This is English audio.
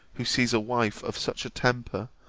who sees a wife of such a temper,